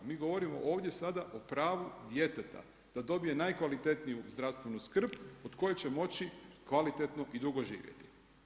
Mi govorimo ovdje sada o pravu djeteta, da dobije najkvalitetniju zdravstvenu skrb od koje će moći kvalitetno i dugo živjeti.